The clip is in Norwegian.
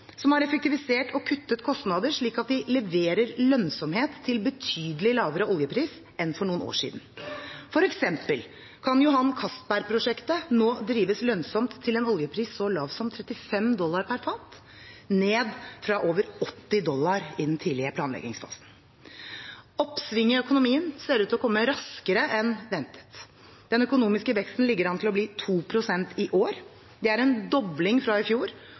som har effektivisert og kuttet kostnader, slik at de leverer lønnsomhet til en betydelig lavere oljepris enn for noen år siden. For eksempel kan Johan Castberg-prosjektet nå drives lønnsomt til en oljepris så lav som 35 dollar per fat, ned fra over 80 dollar i den tidlige planleggingsfasen. Oppsvinget i økonomien ser ut til å komme raskere enn ventet. Den økonomiske veksten ligger an til å bli 2 pst. i år. Det er en dobling fra i fjor